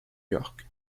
york